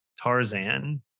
Tarzan